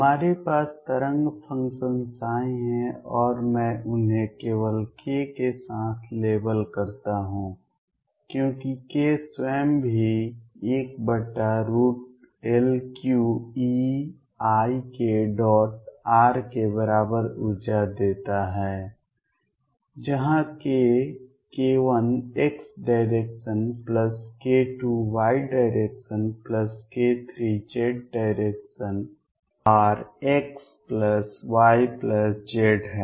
हमारे पास तरंग फ़ंक्शन ψ है और मैं उन्हें केवल k के साथ लेवल करता हूं क्योंकि k स्वयं भी 1L3 eikr के बराबर ऊर्जा देता है जहां k k1xk2yk3z r xxyyzz है